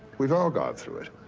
we've all gone through it.